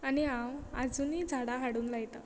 आनी हांव आजूनीय झाडां हाडून लायता